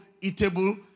eatable